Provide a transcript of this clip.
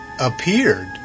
appeared